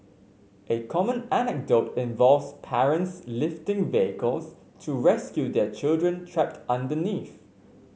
a common anecdote involves parents lifting vehicles to rescue their children trapped underneath